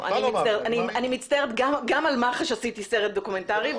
אני מצטערת, גם על מח"ש עשיתי סרט דוקומנטרי.